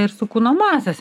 ir su kūno masės